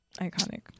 iconic